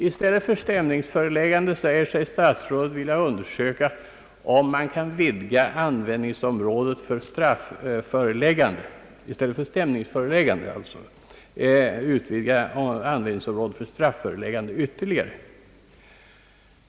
I stället för stämningsföreläggandet säger sig statsrådet nu vilja undersöka, om man kan vidga användningsområdet för strafföreläggande ytterligare.